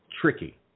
tricky